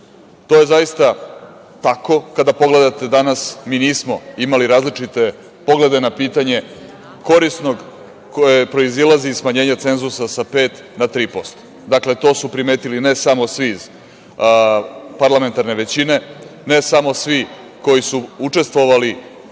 To je zaista tako, kada pogledate danas, mi nismo imali različite poglede na pitanje korisnog koje proizilazi na smanjenje cenzusa sa 5% na 3%. Dakle, to su primetili ne samo svi iz parlamentarne većine, ne samo svi koji su učestvovali